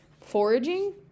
foraging